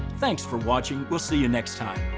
thanks for watching, we'll see you next time.